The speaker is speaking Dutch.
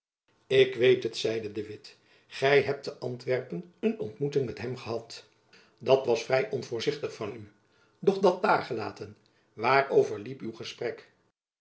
ik weet het zeide de witt gy hebt te antwerpen een ontmoeting met hem gehad dat was vrij onvoorzichtig van u doch dat daargelaten waarover liep uw gesprek